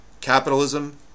Capitalism